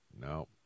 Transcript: No